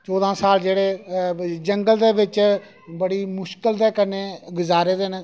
चौदां साल जेह्ड़ी जंगल दे बिच बड़ी मुश्कल दे कन्नै गुजारे दे न